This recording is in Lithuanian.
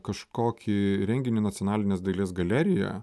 kažkokį renginį nacionalinės dailės galerijoje